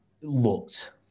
looked